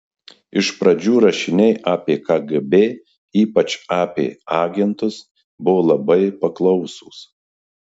iš pradžių rašiniai apie kgb ypač apie agentus buvo labai paklausūs